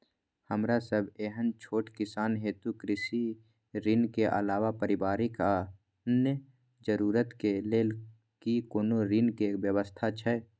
हमरा सब एहन छोट किसान हेतु कृषि ऋण के अलावा पारिवारिक अन्य जरूरत के लेल की कोनो ऋण के व्यवस्था छै?